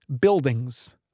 buildings